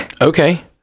Okay